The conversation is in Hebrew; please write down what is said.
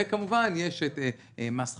וכמובן יש את מס חברות,